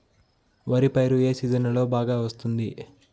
వరి పైరు ఏ సీజన్లలో బాగా వస్తుంది